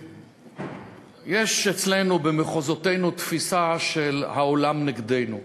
יש אצלנו במחוזותינו תפיסה של "העולם נגדנו".